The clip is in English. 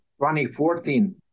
2014